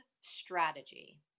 strategy